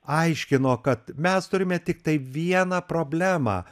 aiškino kad mes turime tiktai vieną problemą